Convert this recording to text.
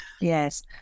Yes